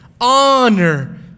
honor